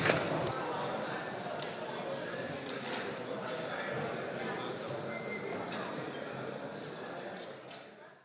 Hvala